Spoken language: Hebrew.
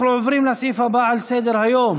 אנחנו עוברים לסעיף הבא על סדר-היום,